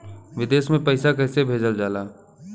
विदेश में पैसा कैसे भेजल जाला?